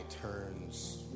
turns